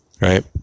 right